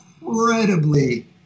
incredibly